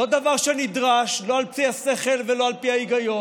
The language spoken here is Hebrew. לא דבר שנדרש לא על פי השכל ולא על פי ההיגיון,